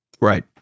Right